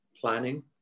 planning